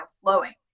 flowing